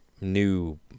new